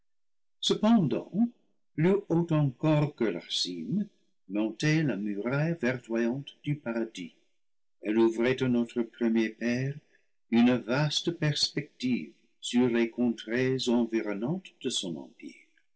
cependant plus haut encore que leurs cimes montait la muraille verdoyante du paradis elle ouvrait à notre premier père une vaste perspective sur les contrées environnantes de son empire